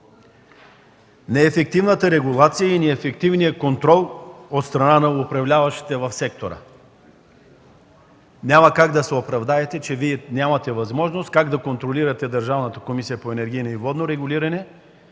неефективната регулация и неефективния контрол от страна на управляващите в сектора. Няма как да се оправдаете, че нямате възможност да контролирате Държавната комисия за енергийно и водно регулиране,